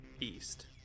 East